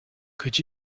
could